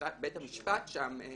שם בית המשפט אסר,